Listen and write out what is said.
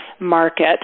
market